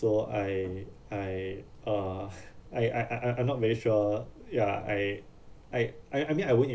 although I I uh I I I I I'm not very sure ya I I I I mean I would